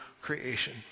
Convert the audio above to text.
creation